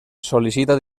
sol·licita